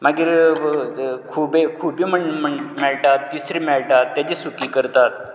मागीर खुबे खुबे म्हण मेळटात तिसरी मेळटा तेजें सुकें करतात